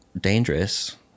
dangerous